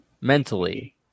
mentally